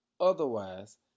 Otherwise